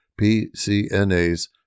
PCNA's